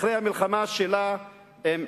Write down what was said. אחרי המלחמה שלה עם "חיזבאללה",